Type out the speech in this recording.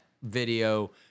video